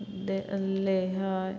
दे ले हइ